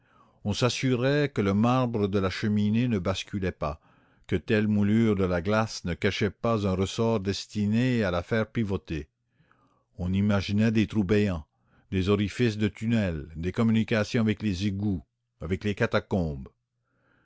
on s'assurait que le marbre de la cheminée ne basculait pas que telle moulure de la glace ne cachait pas un ressort destiné à la faire pivoter on imaginait des trous béants des orifices dé tunnel des communications avec les égouts avec les catacombes